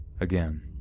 again